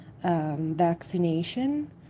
vaccination